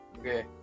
Okay